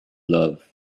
love